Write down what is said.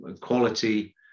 quality